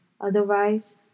Otherwise